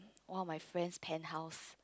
one of my friend's penthouse